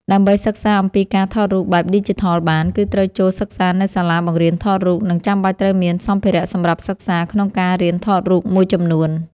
ដើម្បីសិក្សាអំពីការថតរូបបែបឌីជីថលបាន គឺត្រូវចូលសិក្សានៅសាលាបង្រៀនថតរូប និងចាំបាច់ត្រូវមានសម្ភារ:សម្រាប់សិក្សាក្នុងការរៀនថតរូបមួយចំនួន។